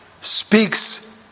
speaks